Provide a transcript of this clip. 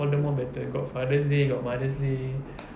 all the more better got father's day got mother's day